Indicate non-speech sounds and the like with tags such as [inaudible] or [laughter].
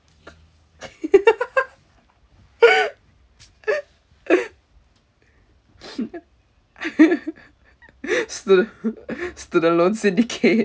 [laughs] student student loan syndicate